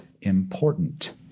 important